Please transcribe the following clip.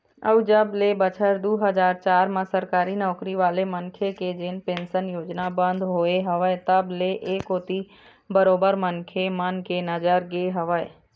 अउ जब ले बछर दू हजार चार म सरकारी नौकरी वाले मन के जेन पेंशन योजना बंद होय हवय तब ले ऐ कोती बरोबर मनखे मन के नजर गे हवय